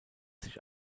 sich